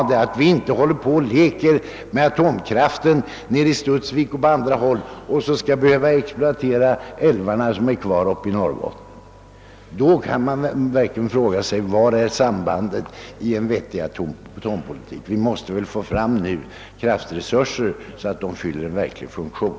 Vi får inte hålla på att leka med atomkraften i Studsvik och på andra håll och samtidigt exploatera de älvar som finns kvar i Norrland. I så fall blir det ingen vettig atompolitik. Vi måste snarast producera sådana kraftresurser av kärnbränsle att de fyller en verklig funktion.